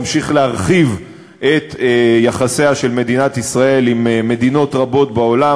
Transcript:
נמשיך להרחיב את יחסיה של מדינת ישראל עם מדינות רבות בעולם,